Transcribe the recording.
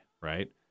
Right